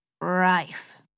rife